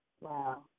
Wow